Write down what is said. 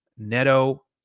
Neto